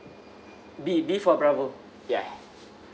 B B for bravo yeah